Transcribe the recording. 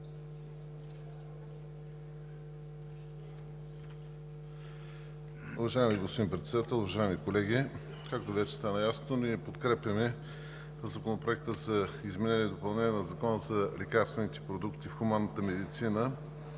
Уважаеми господин Председател, уважаеми колеги! Както вече стана ясно, ние подкрепяме Законопроекта за изменение и допълнение на Закона за лекарствените продукти в хуманната медицина